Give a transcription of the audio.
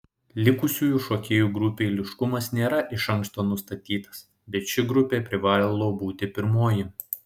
likusių šokėjų grupių eiliškumas nėra iš anksto nustatytas bet ši grupė privalo būti pirmoji